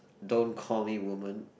don't call me woman